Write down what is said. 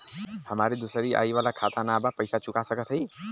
हमारी दूसरी आई वाला खाता ना बा पैसा चुका सकत हई?